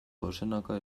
dozenaka